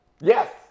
yes